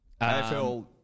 AFL